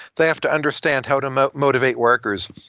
they have to understand how to um ah motivate workers.